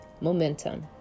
momentum